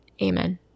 Amen